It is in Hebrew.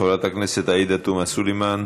חברת הכנסת עאידה תומא סלימאן,